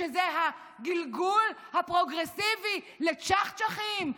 שזה הגלגול הפרוגרסיבי ל"צ'חצ'חים".